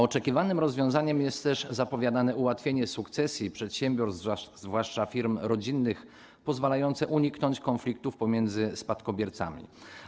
Oczekiwanym rozwiązaniem jest też zapowiadane ułatwienie sukcesji przedsiębiorstw, zwłaszcza firm rodzinnych, pozwalające uniknąć konfliktów pomiędzy spadkobiercami.